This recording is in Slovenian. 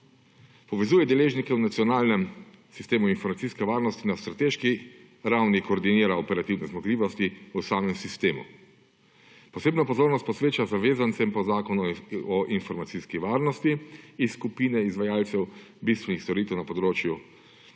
povezuje deležnike v nacionalnem sistemu informacijske varnosti na strateški ravni, koordinira operativne zmogljivosti v samem sistemu. Posebno pozornost posveča zavezancem po Zakonu o informacijski varnosti iz skupine izvajalcev bistvenih storitev na področju energije,